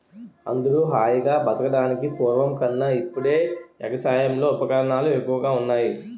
అందరూ హాయిగా బతకడానికి పూర్వం కన్నా ఇప్పుడే ఎగసాయంలో ఉపకరణాలు ఎక్కువగా ఉన్నాయ్